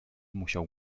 musiał